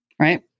right